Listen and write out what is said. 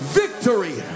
victory